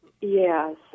Yes